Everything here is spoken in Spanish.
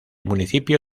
municipio